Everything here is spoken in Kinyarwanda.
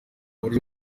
buryo